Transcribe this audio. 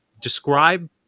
describe